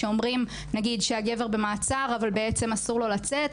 שאומרים נגיד שהגבר במעצר אבל בעצם אסור לו לצאת.